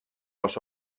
los